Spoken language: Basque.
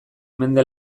mende